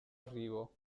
arrivo